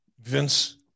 Vince